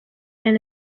and